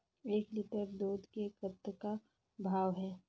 एक लिटर दूध के कतका भाव हे?